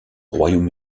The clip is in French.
royaume